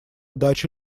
дача